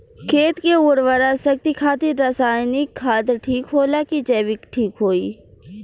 खेत के उरवरा शक्ति खातिर रसायानिक खाद ठीक होला कि जैविक़ ठीक होई?